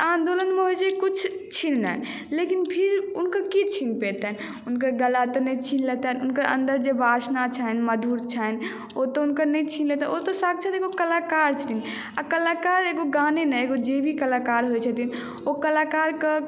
आन्दोलनमे होइत छै किछु छिननाइ लेकिन फेर हुनकर की छीन पयतनि हुनकर गला तऽ नहि छीन लेतनि हुनकर अन्दर जे वासना छनि मधुर छनि ओ तऽ हुनकर नहि छीन लेतै ओ तऽ साक्षात् एगो कलाकार छथिन आ कलाकार एगो गाने नहि एगो जीवित कलाकार होइत छथिन ओ कलाकार कऽ